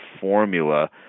formula